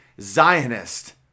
Zionist